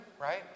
right